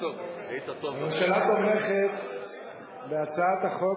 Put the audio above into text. הממשלה תומכת בהצעת החוק,